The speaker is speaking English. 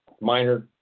Minor